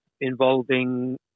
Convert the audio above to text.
involving